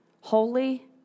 holy